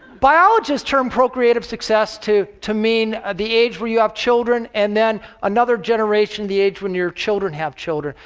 biologists term procreative success to to mean the age where you have children and then another generation, the age when your children have children.